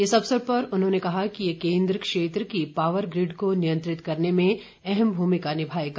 इस अवसर पर उन्होंने कहा कि यह केन्द्र क्षेत्र की पावर ग्रिड को नियंत्रित करने में अहम भूमिका निभाएगा